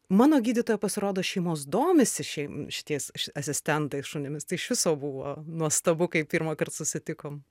mano gydytoja pasirodo šeimos domisi šiaip šitais asistentais šunimis tai iš viso buvo nuostabu kai pirmąkart susitikom